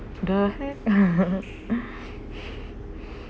the heck